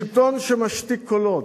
שלטון שמשתיק קולות,